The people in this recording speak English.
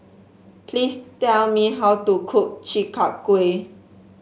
please tell me how to cook Chi Kak Kuih